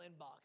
inbox